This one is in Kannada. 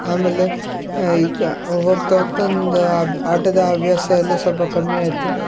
ಆಮೇಲೆ ಈಗ ಹೋಗ್ತಾ ಹೋಗ್ತಾ ಒಂದು ಅಬ್ ಆಟದ ಹವ್ಯಾಸ ಎಲ್ಲ ಸೊಲ್ಪ ಕಮ್ಮಿಯಾಯಿತು